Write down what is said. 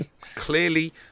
clearly